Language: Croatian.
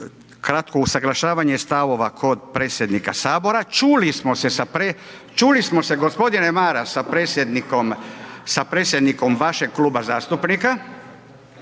kratko usaglašavanje stavova kod predsjednika HS, čuli smo se g. Maras sa predsjednikom vašeg kluba zastupnika